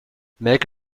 make